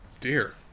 dear